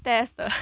stairs 的